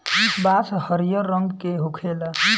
बांस हरियर रंग के होखेला